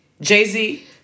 Jay-Z